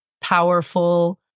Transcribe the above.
powerful